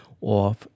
off